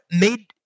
made